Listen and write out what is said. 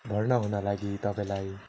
भर्ना हुन लागि तपाईँलाई